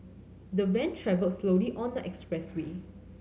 the van travelled slowly on the expressway